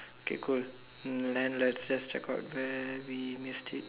okay cool then let's just check out where we missed it